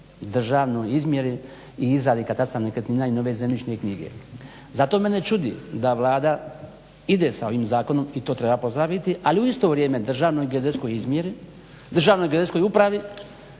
državnoj izmjeri i izradi katastra nekretnina i nove zemljišne knjige. Zato mene čudi da Vlada ide sa ovim zakonom i to treba pozdraviti, ali u isto vrijeme Državnoj i geodetskoj upravi